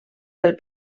del